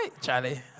Charlie